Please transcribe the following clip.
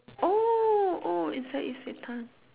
oh oh inside isetan